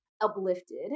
uplifted